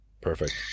Perfect